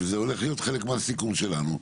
וזה הולך להיות חלק מהסיכום שלנו,